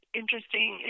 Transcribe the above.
interesting